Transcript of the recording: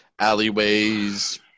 alleyways